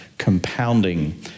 compounding